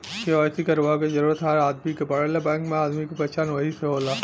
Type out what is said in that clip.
KYC करवाये क जरूरत हर आदमी के पड़ेला बैंक में आदमी क पहचान वही से होला